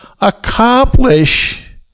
accomplish